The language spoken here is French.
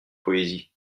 poésie